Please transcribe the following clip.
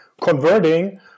converting